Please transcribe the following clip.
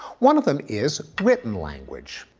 one of them is written language.